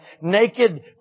Naked